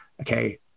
Okay